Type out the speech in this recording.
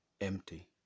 empty